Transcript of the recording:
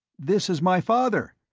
this is my father.